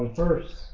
first